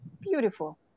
beautiful